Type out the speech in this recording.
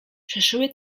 przeszyły